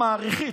מעריכית,